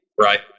right